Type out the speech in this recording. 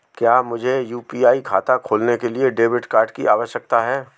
क्या मुझे यू.पी.आई खाता खोलने के लिए डेबिट कार्ड की आवश्यकता है?